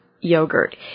yogurt